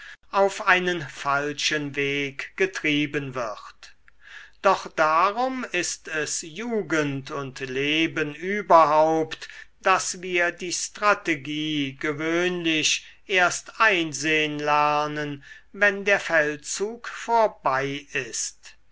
auf einen falschen weg getrieben wird doch darum ist es jugend und leben überhaupt daß wir die strategie gewöhnlich erst einsehn lernen wenn der feldzug vorbei ist